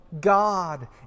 God